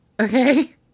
Okay